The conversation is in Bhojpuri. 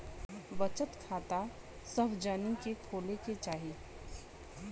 बचत खाता सभ जानी के खोले के चाही